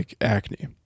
acne